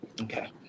okay